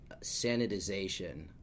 sanitization